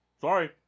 Sorry